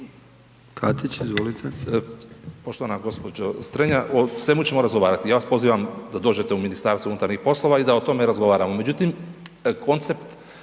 Katić, izvolite.